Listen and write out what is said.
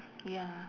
ya